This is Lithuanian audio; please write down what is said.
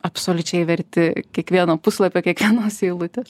absoliučiai verti kiekvieno puslapio kiekvienos eilutės